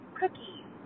cookies